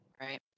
Right